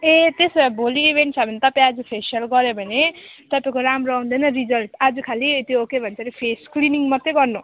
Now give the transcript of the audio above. ए त्यसो भए भोलि इभेन्ट छ भने तपाईँ आज फेसियल गर्यो भने तपाईँको राम्रो आउँदैन रिजल्ट आज खालि त्यो के भन्छ अरे फेस क्रिम क्लिनिङ मात्रै गर्नु